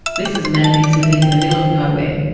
this is a man who is living in the middle of nowhere,